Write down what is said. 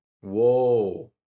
Whoa